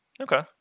Okay